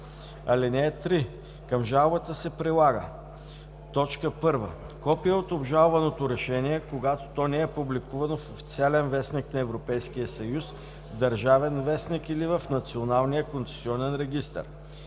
(3) Към жалбата се прилагат: 1. копие от обжалваното решение, когато не е публикувано в „Официален вестник“ на Европейския съюз, в „Държавен вестник“ или в Националния концесионен регистър;